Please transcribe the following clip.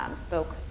spoke